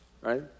right